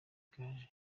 gaju